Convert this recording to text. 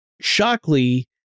Shockley